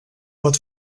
pot